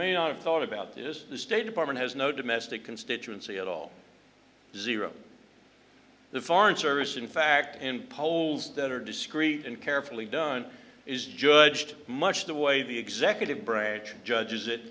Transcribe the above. may not have thought about this the state department has no domestic constituency at all zero the foreign service in fact in polls that are discrete and carefully done is judged much the way the executive branch judges it